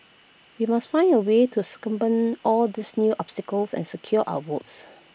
we must find A way to circumvent all these new obstacles and secure our votes